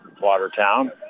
Watertown